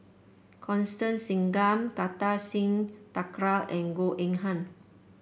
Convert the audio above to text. Constance Singam Kartar Singh Thakral and Goh Eng Han